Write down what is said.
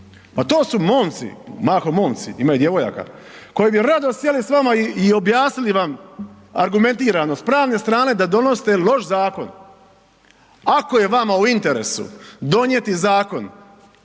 pa to su momci, mahom momci, ima i djevojaka, koji bi rado sjeli s vama i, i objasnili vam argumentirano s pravne strane da donosite loš zakon. Ako je vama u interesu donijeti zakon